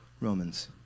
Romans